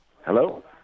Hello